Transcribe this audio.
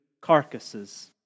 carcasses